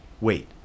wait